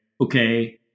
okay